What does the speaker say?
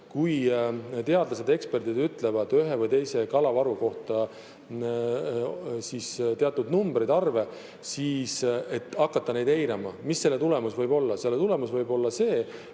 kui teadlased ja eksperdid ütlevad ühe või teise kalavaru kohta teatud numbreid, arve, aga hakatakse neid eirama. Mis selle tulemus võib olla? Selle tulemus võib olla see,